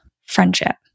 friendship